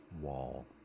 wall